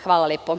Hvala.